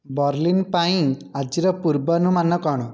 Berlin ପାଇଁ ଆଜିର ପୂର୍ବାନୁମାନ କ'ଣ